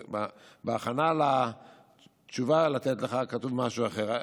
בהכנה לתשובה שניתנה לך כתוב תשובה אחרת.